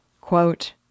Quote